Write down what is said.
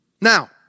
Now